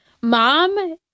mom